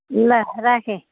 ल राखेँ